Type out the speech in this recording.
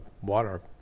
water